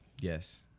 Yes